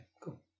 cool